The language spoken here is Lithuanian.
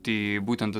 taai būtent